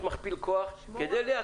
כשהיינו לפני עשור,